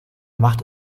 macht